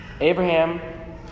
Abraham